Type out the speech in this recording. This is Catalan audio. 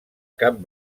cap